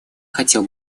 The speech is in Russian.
хотел